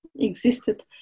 existed